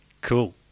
Cool